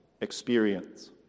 experience